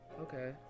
Okay